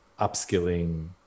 upskilling